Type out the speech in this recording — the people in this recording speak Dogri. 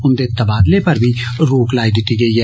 उन्दे तबादले पर बी रोक लाई दिती गेई ऐ